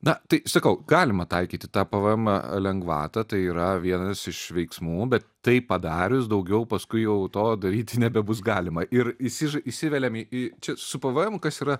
na tai sakau galima taikyti tą pvm lengvatą tai yra vienas iš veiksmų bet tai padarius daugiau paskui jau to daryti nebebus galima ir isiž įsiveliame į čia su pvm kas yra